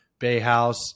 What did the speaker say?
Bayhouse